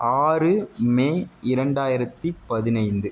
ஆறு மே இரண்டாயிரத்து பதினைந்து